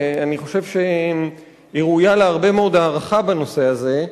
ואני חושב שהיא ראויה להרבה מאוד הערכה בנושא הזה.